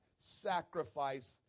sacrifice